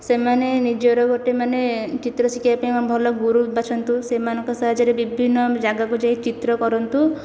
ସେମାନେ ନିଜର ଗୋଟିଏ ମାନେ ଚିତ୍ର ଶିଖିବା ପାଇଁ ଭଲ ଗୁରୁ ବାଛନ୍ତୁ ସେମାନଙ୍କ ସାହାଯ୍ୟରେ ବିଭିନ୍ନ ଜାଗାକୁ ଯାଇ ଚିତ୍ର କରନ୍ତୁ